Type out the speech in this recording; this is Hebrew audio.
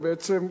בעצם,